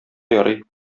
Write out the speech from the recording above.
ярый